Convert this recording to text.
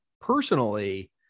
personally